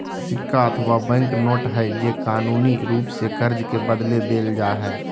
सिक्का अथवा bank note हइ जे कानूनी रूप से कर्ज के बदले देल जा हइ